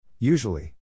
Usually